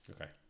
Okay